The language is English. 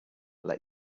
let